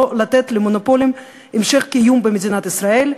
לא לתת למונופולים המשך קיום במדינת ישראל.